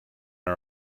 are